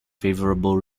favorable